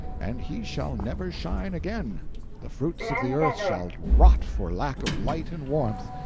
and he shall never shine again the fruits of the earth shall rot for lack of light and warmth,